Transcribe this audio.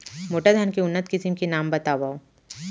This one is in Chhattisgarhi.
मोटा धान के उन्नत किसिम के नाम बतावव?